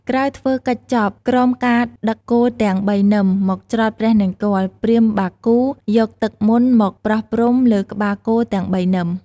ក្រោយធ្វើកិច្ចចប់ ក្រមការដឹកគោទាំង ៣នឹម មកច្រត់ព្រះនង្គ័ល ព្រាហ្មណ៍បាគូ យកទឹកមន្តមកប្រស់ព្រំលើក្បាលគោទាំង៣នឹម។